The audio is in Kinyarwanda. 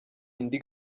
indi